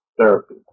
therapy